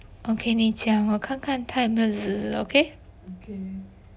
okay 你讲我看看他有没有滋滋滋 okay